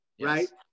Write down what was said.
right